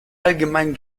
allgemeinen